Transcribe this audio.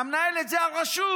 המנהלת: זאת הרשות,